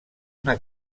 una